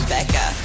Becca